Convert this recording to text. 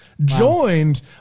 Joined